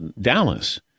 Dallas